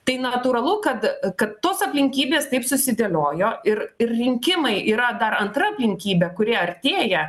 tai natūralu kad kad tos aplinkybės taip susidėliojo ir rinkimai yra dar antra aplinkybė kuri artėja